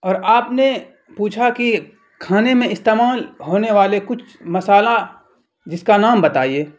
اور آپ نے پوچھا کہ کھانے میں استعمال ہونے والے کچھ مسالہ جس کا نام بتائیے